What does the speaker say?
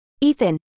Ethan